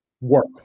Work